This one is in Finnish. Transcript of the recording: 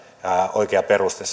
oikea peruste